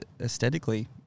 aesthetically